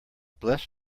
bless